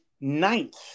ninth